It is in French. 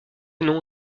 nom